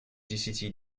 десяти